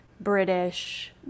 british